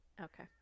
okay